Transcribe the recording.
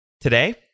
Today